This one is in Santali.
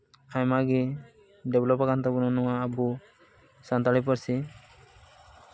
ᱟᱭᱢᱟᱜᱮ ᱰᱮᱵᱷᱞᱚᱯ ᱟᱠᱟᱱ ᱛᱟᱵᱚᱱᱟ ᱱᱚᱣᱟ ᱟᱵᱚ ᱥᱟᱱᱛᱟᱲᱤ ᱯᱟᱹᱨᱥᱤ